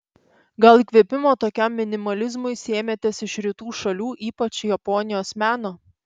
gal įkvėpimo tokiam minimalizmui sėmėtės iš rytų šalių ypač japonijos meno